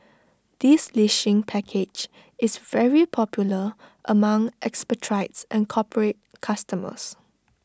this leasing package is very popular among expatriates and corporate customers